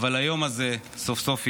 אבל היום הזה סוף-סוף הגיע.